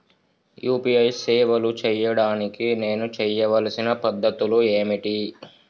UPI సేవలు చేయడానికి నేను చేయవలసిన పద్ధతులు ఏమిటి?